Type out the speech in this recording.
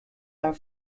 are